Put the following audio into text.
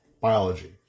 biology